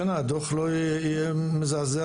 שהיא מוזיאון